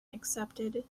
accepted